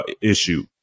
issue